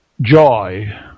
joy